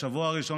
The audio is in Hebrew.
בשבוע הראשון,